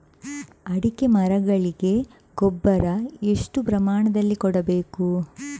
ಅಡಿಕೆ ಮರಗಳಿಗೆ ಗೊಬ್ಬರ ಎಷ್ಟು ಪ್ರಮಾಣದಲ್ಲಿ ಕೊಡಬೇಕು?